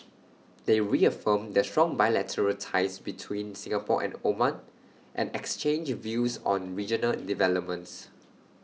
they reaffirmed the strong bilateral ties between Singapore and Oman and exchanged views on regional developments